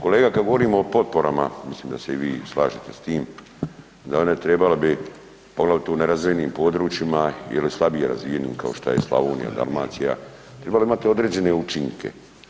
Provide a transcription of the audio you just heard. Kolega kad govorimo o potporama, mislim da se i vi slažete s tim, da one trebale bi, poglavito u nerazvijenim područjima ili slabije razvijenim, kao što je Slavonija, Dalmacija, tribale imati određene učinke.